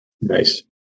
nice